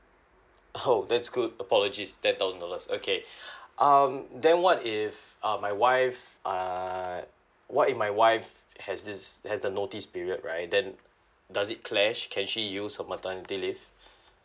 oh that's good apologies ten thousand dollars okay um then what if um my wife err what if my wife has this has the notice period right then does it clash can she use her maternity leave